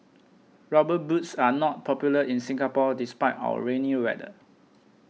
rubber boots are not popular in Singapore despite our rainy weather